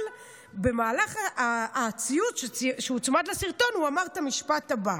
אבל במהלך הציוץ שהוצמד לסרטון הוא אמר את המשפט הבא: